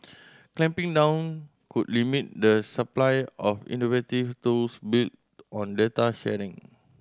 clamping down could limit the supply of innovative tools built on data sharing